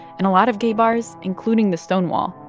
and a lot of gay bars, including the stonewall,